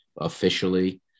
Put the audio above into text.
officially